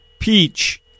peach